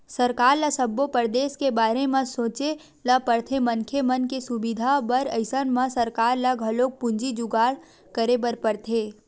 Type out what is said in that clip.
सरकार ल सब्बो परदेस के बारे म सोचे ल परथे मनखे मन के सुबिधा बर अइसन म सरकार ल घलोक पूंजी जुगाड़ करे बर परथे